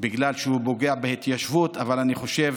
בגלל שהוא פוגע בהתיישבות, אבל אני חושב